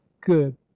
good